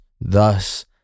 Thus